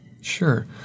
Sure